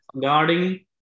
guarding